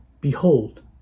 Behold